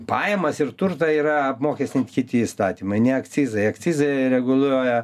pajamas ir turtą yra apmokestint kiti įstatymai ne akcizai akcizai reguluoja